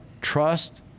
trust